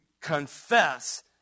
confess